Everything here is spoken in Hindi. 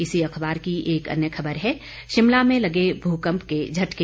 इसी अखबार की एक अन्य खबर है शिमला में लगे भूकंप के झटके